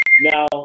Now